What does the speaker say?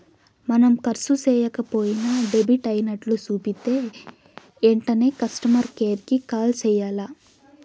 మనం కర్సు సేయక పోయినా డెబిట్ అయినట్లు సూపితే ఎంటనే కస్టమర్ కేర్ కి కాల్ సెయ్యాల్ల